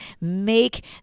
make